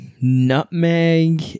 nutmeg